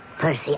Percy